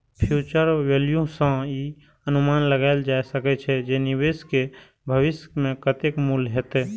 future value सं ई अनुमान लगाएल जा सकै छै, जे निवेश के भविष्य मे कतेक मूल्य हेतै